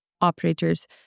operators